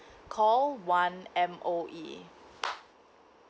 call one M_O_E